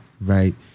right